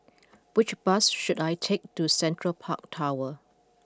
which bus should I take to Central Park Tower